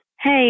hey